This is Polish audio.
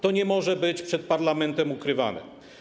To nie może być przed parlamentem ukrywane.